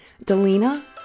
Delina